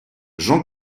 jean